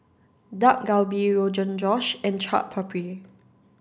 Dak Galbi Rogan Josh and Chaat Papri